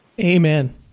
amen